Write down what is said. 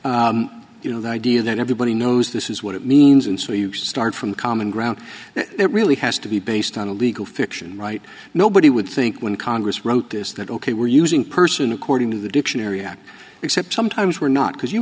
you know the idea that everybody knows this is what it means and so you start from common ground that really has to be based on a legal fiction right nobody would think when congress wrote this that ok we're using person according to the dictionary except sometimes we're not because you